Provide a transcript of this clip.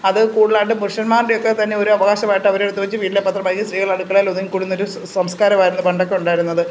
അത് കൂടുതലായിട്ട് പുരുഷന്മാരുടെ ഒക്കെ തന്നെ ഒരു അവകാശമായിട്ട് അവർ ഇത് വെച്ച് വീട്ടിലെ പത്രം വായിക്കും സ്ത്രീകൾ അടുക്കളയിൽ ഒതുങ്ങിക്കൂടുന്ന ഒരു സംസ്കാരം ആയിരുന്നു പണ്ടൊക്കെ ഉണ്ടായിരുന്നത്